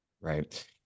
Right